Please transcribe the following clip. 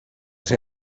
ser